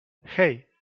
hey